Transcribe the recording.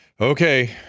Okay